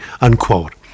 unquote